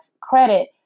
credit